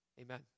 Amen